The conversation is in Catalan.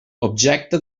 objecte